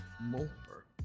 more